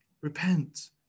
repent